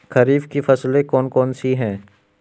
खरीफ की फसलें कौन कौन सी हैं?